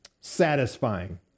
satisfying